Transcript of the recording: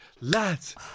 lads